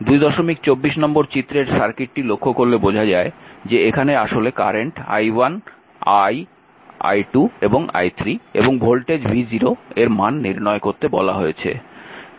224 নম্বর চিত্রের সার্কিটটি লক্ষ্য করলে বোঝা যায় যে এখানে আসলে current i i1 i2 i3 এবং ভোল্টেজ v0 এর মান নির্ণয় করতে বলা হয়েছে